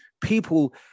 people